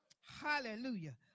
Hallelujah